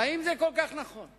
אבל אם זה כל כך נכון,